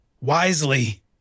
wisely